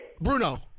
Bruno